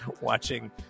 watching